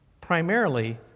Primarily